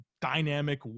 dynamic